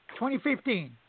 2015